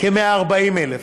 כ-140,000.